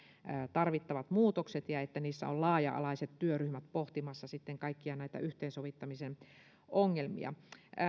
tarvittavat muutokset ja että niissä on sitten laaja alaiset työryhmät pohtimassa kaikkia näitä yhteensovittamisen ongelmia